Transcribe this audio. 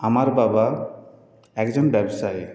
আমার বাবা একজন ব্যবসায়ী